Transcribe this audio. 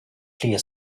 clear